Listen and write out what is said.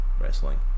wrestling